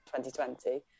2020